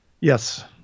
Yes